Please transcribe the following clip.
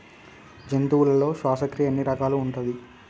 జంతువులలో శ్వాసక్రియ ఎన్ని రకాలు ఉంటది?